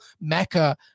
mecca